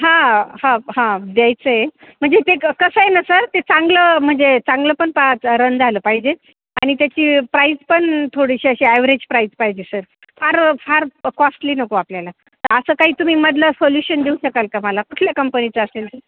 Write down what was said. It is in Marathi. हां हां हां द्यायचं आहे म्हणजे ते क कसं आहे ना सर ते चांगलं म्हणजे चांगलं पण पाच रन झालं पाहिजे आणि त्याची प्राईज पण थोडीशी अशी ॲव्हरेज प्राईज पाहिजे सर फार फार कॉस्टली नको आपल्याला तर असं काही तुम्ही मधलं सोल्युशन देऊ शकाल का मला कुठल्या कंपनीचं असेल ते